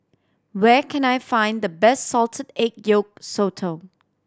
where can I find the best salted egg yolk sotong